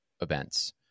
events